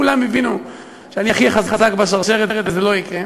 כולם הבינו שאני הכי חזק בשרשרת וזה לא יקרה.